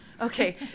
okay